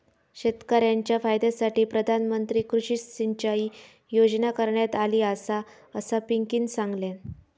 शेतकऱ्यांच्या फायद्यासाठी प्रधानमंत्री कृषी सिंचाई योजना करण्यात आली आसा, असा पिंकीनं सांगल्यान